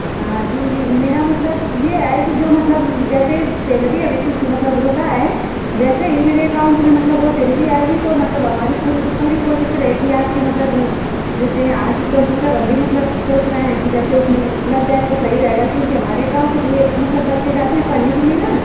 हाँ जी जी मेरा मतलब यह है कि जो मतलब जैसे सैलरी अभी कुछ मतलब रुकी है जैसे ही यह मेरे अकाउंट में मतलब वह सैलरी आएगी तो मतलब हमारी पूरी पूरी कोशिश रहेगी आपकी मतलब जैसे यहाँ की कंप्यूटर हम भी मतलब सोच रहे हैं कि जैसे उसमें लग जाए तो सही रहेगा क्योंकि हमारे गाँव से भी मतलब बच्चे जाते हैं पढ़ने के लिए ना